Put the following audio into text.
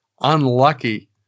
unlucky